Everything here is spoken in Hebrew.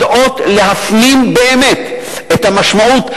יודעות להפנים באמת את המשמעות,